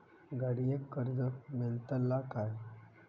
गाडयेक कर्ज मेलतला काय?